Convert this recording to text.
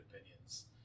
opinions